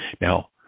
now